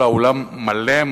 כל האולם מלא,